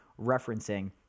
referencing